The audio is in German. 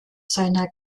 seiner